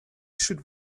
should